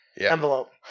envelope